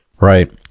Right